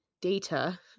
data